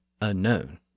unknown